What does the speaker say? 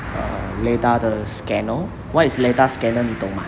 err LiDAR 的 scanner what is LiDAR scanner 你懂吗